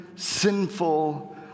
Sinful